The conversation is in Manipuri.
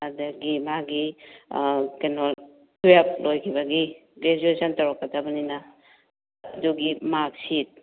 ꯑꯗꯒꯤ ꯃꯥꯒꯤ ꯀꯩꯅꯣ ꯇꯨꯋꯦꯜꯐ ꯂꯣꯏꯈꯤꯕꯒꯤ ꯒ꯭ꯔꯦꯖꯨꯌꯦꯁꯟ ꯇꯧꯔꯛꯀꯗꯕꯅꯤꯅ ꯑꯗꯨꯒꯤ ꯃꯥꯔꯛ ꯁꯤꯠ